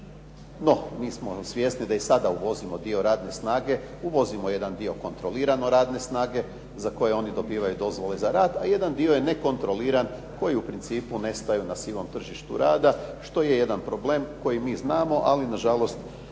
No, mi smo svjesni da i sada uvozimo dio radne snage, uvozimo jedan dio kontrolirano radne snage za koje oni dobivaju dozvole za rad, a jedan dio je nekontroliran koji u principu nestaju na sivom tržištu rada što je jedan problem koji mi znamo, ali nažalost